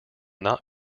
not